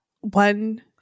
one